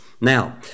Now